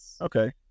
Okay